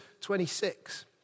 26